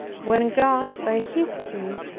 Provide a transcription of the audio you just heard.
when god, by his spirit,